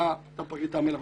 הייתה פרקליטה מלווה,